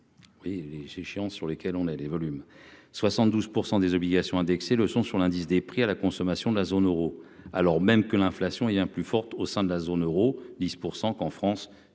et les géants sur lesquels on est les volumes 72 % des obligations indexées leçons sur l'indice des prix à la consommation de la zone Euro, alors même que l'inflation est un plus forte au sein de la zone Euro 10 % qu'en France,